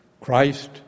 Christ